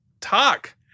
talk